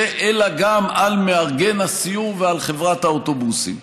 אלא גם על מארגן הסיור ועל חברת האוטובוסים.